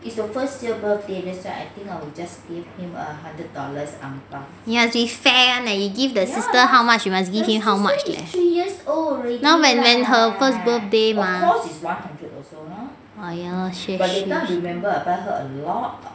you must be fair [one] eh you give the sister how much you must give him how much leh now when when her first birthday mah orh ya lor